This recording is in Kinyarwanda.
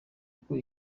uko